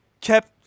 Kept